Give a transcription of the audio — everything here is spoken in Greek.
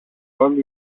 όλοι